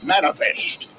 Manifest